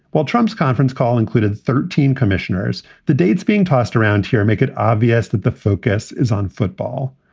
while trump's conference call included thirteen commissioners, the dates being tossed around here make it obvious that the focus is on football.